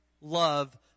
love